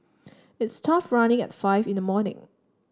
it's tough running at five in the morning